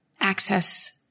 access